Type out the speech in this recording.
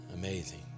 Amazing